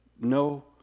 no